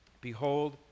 Behold